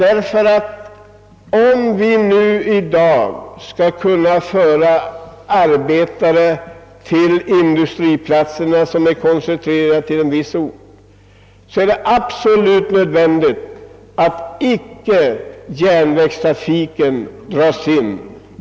Om arbetarna vid en industri skall kunna komma till sina arbetsplatser — industrierna är ju ofta koncentrerade till vissa orter — är det nödvändigt att ha kvar järnvägsförbindelserna.